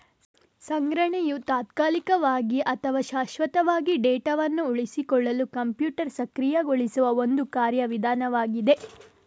ಸಂಗ್ರಹಣೆಯು ತಾತ್ಕಾಲಿಕವಾಗಿ ಅಥವಾ ಶಾಶ್ವತವಾಗಿ ಡೇಟಾವನ್ನು ಉಳಿಸಿಕೊಳ್ಳಲು ಕಂಪ್ಯೂಟರ್ ಸಕ್ರಿಯಗೊಳಿಸುವ ಒಂದು ಕಾರ್ಯ ವಿಧಾನವಾಗಿದೆ